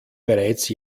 bereits